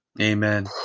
Amen